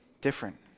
different